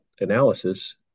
analysis